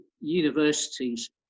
universities